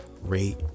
rate